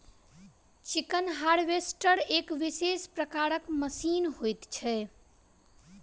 chicken harvester एक विशेष प्रकारक मशीन होइत छै